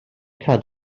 cadair